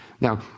Now